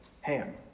Ham